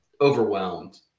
overwhelmed